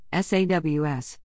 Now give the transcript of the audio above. SAWS